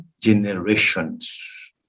generations